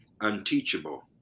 unteachable